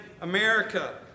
America